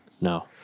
No